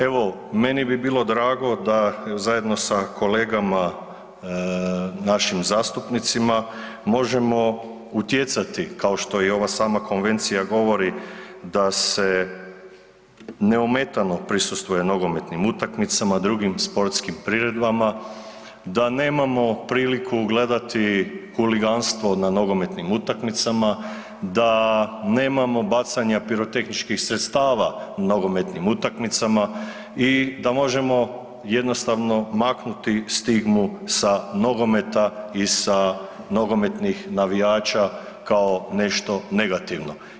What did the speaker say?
Evo, meni bi bilo drago da zajedno sa kolegama našim zastupnicima možemo utjecati kao što i ova sama konvencija govori da se neometano prisustvuje nogometnim utakmicama, drugim sportskim priredbama, da nemamo priliku gledati huliganstvo na nogometnim utakmicama, da nemamo bacanja pirotehničkih sredstava na nogometnim utakmicama i da možemo jednostavno maknuti jednostavno stigmu sa nogometa i sa nogometnih navijača kao nešto negativno.